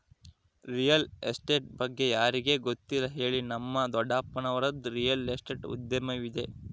real estate ಬಗ್ಗೆ ಯಾರಿಗೆ ಗೊತ್ತಿಲ್ಲ ಹೇಳಿ, ನಮ್ಮ ದೊಡ್ಡಪ್ಪನವರದ್ದು ರಿಯಲ್ ಎಸ್ಟೇಟ್ ಉದ್ಯಮವಿದೆ